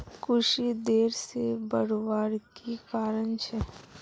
कुशी देर से बढ़वार की कारण छे?